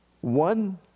One